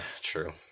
true